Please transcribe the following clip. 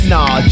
Nah